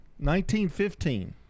1915